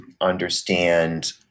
understand